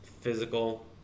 physical